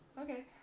Okay